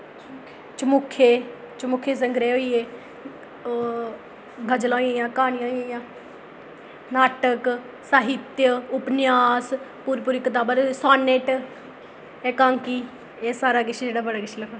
चमुखे चमुखे संग्रैह् होई गे और गजलां होइ गेइयां क्हानियां होई गेइयां नाटक साहित्त उपन्यास पूरी पूरी कताबै दे सानेट एकांकी एह् सारा किश जेह्ड़ा बड़ा किश लखोए दा